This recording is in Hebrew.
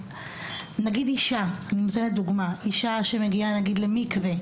נגיד אישה אני נותנת דוגמה שמגיעה למקווה,